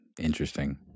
interesting